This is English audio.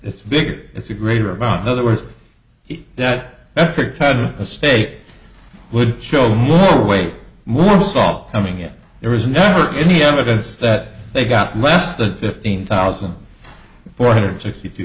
it's big it's a greater amount of other words he that kind of mistake would show more weight more salt coming in there was never any evidence that they got less than fifteen thousand four hundred sixty two